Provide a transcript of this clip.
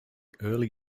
early